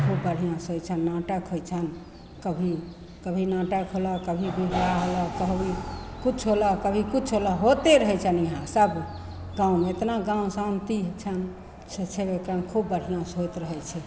खूब बढ़िआँसे होइ छनि नाटक होइ छनि कभी कभी नाटक होलऽ कभी विवाह होलऽ कभी किछु होलऽ कभी किछु होलऽ होते रहै छनि यहाँ सब गाममे एतना गाम शान्ति छनि से छेबे करनि खूब बढ़िआँसे होइत रहै छै